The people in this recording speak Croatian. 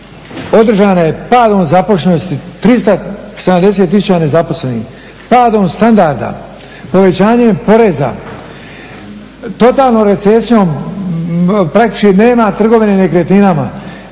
održana je padom zaposlenosti 370 tisuća nezaposlenih, padom standarda, povećanjem poreza, totalnom recesijom, praktički nema trgovine nekretnina,